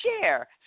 share